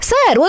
Sir